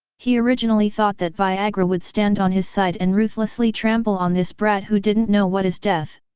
he originally thought that viagra would stand on his side and ruthlessly trample on this brat who didn't know what is death.